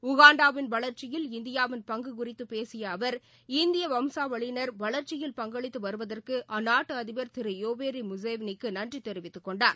உகாண்டாவின் வளர்ச்சியில் இந்தியாவின் பங்கு குறித்துப் பேசிய அவர் இந்திய வம்சா வளியினர் வளர்ச்சியில் பங்களித்து வருவதற்கு அந்நாட்டு அதிபர் திரு யோவேரி முசேவேனிக்கு நன்றி தெரிவித்துக் கொண்டார்